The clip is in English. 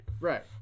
Right